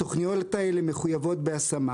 התכניות האלה מחויבות בהשמה.